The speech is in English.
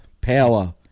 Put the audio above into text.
power